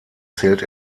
zählt